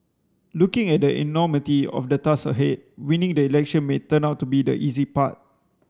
looking at the enormity of the tasks ahead winning the election may turn out to be the easy part